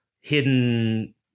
hidden